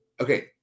okay